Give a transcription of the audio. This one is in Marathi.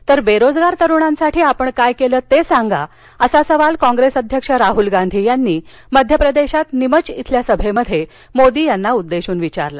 तर बेरोजगार तरुणांसाठी आपण काय केलं ते सांगा असा सवाल कॉंग्रेस अध्यक्ष राहुल गांधी यांनी मध्यप्रदेशात निमच इथल्या सभेत मोदी यांना उद्देशून विचारला